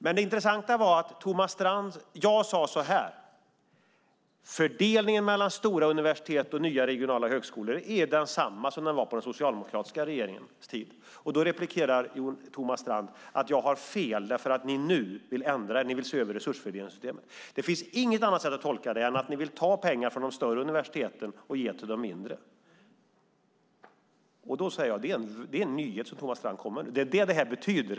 Jag sade att fördelningen mellan stora universitet och nya regionala högskolor är densamma som den var under den socialdemokratiska regeringens tid. Då replikerar Thomas Strand att jag har fel därför att ni nu vill ändra er och se över resursfördelningssystemet. Det finns inget annat sätt att tolka det än att ni vill ta pengar från de större universiteten och ge till de mindre. Då säger jag att det är en nyhet som Thomas Strand här kommer med; det är vad detta betyder.